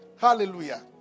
Hallelujah